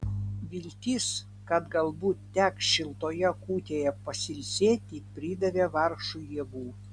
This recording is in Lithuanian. viltis kad galbūt teks šiltoje kūtėje pasilsėti pridavė vargšui jėgų